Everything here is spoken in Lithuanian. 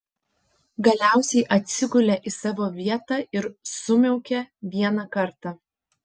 galiausiai atsigulė į savo vietą ir sumiaukė vieną kartą